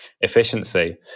efficiency